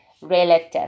relative